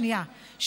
שנייה.